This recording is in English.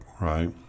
right